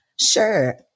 Sure